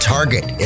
Target